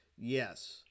yes